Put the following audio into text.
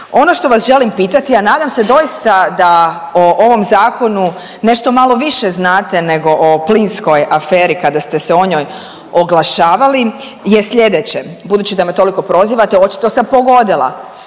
Ono što vas želim pitati, a nadam se doista da o ovom zakonu nešto malo više znate nego o plinskoj aferi kada ste se o njoj oglašavali je slijedeće. Budući da me toliko prozivate očito sam pogodila.